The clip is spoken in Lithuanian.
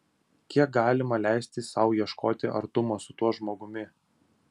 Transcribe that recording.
kiek galima leisti sau ieškoti artumo su tuo žmogumi